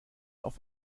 auf